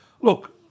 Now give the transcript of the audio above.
look